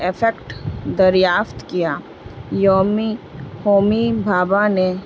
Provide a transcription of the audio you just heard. effect دریافت کیا یومی ہومی بھابھا نے